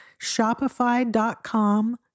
shopify.com